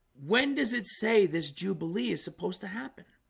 when does it say this jubilee is supposed to happen